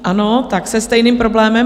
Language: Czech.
Ano, se stejným problémem?